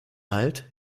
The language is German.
halt